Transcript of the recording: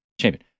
champion